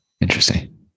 Interesting